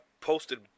posted